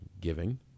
giving